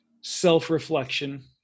self-reflection